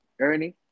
Ernie